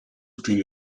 between